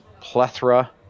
plethora